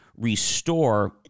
restore